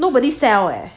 nobody sell eh